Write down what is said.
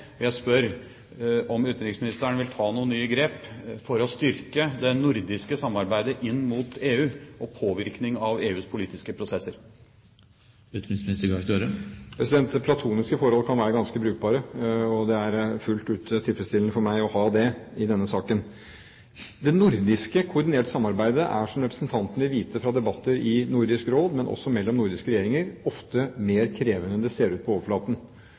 Jeg spør om utenriksministeren vil ta noen nye grep for å styrke det nordiske samarbeidet inn mot EU og påvirkning av EUs politiske prosesser. Platoniske forhold kan være ganske brukbare, og det er fullt ut tilfredsstillende for meg å ha det i denne saken. Det nordiske koordinerte samarbeidet er – som representanten vil vite fra debatter i Nordisk Råd, men også fra debatter mellom nordiske regjeringer – ofte mer krevende enn det ser ut som på overflaten,